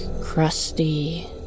crusty